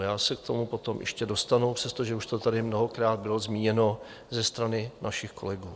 Já se k tomu potom ještě dostanu, přestože už to tady mnohokrát bylo zmíněno ze strany našich kolegů.